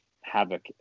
havoc